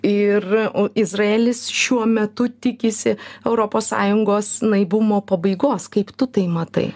ir o izraelis šiuo metu tikisi europos sąjungos naivumo pabaigos kaip tu tai matai